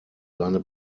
seine